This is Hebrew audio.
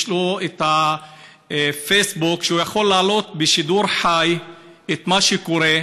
יש לו פייסבוק שהוא יכול בו להעלות בשידור חי את מה שקורה,